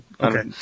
Okay